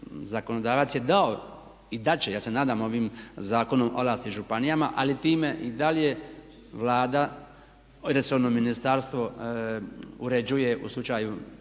zakonodavac je dao i dat će, ja se nadam ovim zakonom ovlasti županijama, ali time i dalje Vlada, resorno ministarstvo uređuje u slučaju